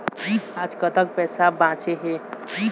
आज कतक पैसा बांचे हे?